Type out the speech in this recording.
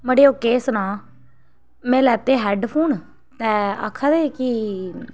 मड़ेओ केह् सनां में लैते हैडफोन ते आखे दे हे कि